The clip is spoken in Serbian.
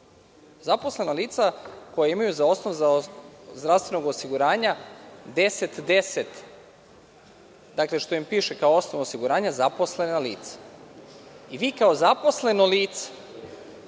Zaposlena lica koja imaju za osnov zdravstvenog osiguranja 1010, gde im piše kao osnov osiguranja – zaposlena lica. I vi kao zaposleno lice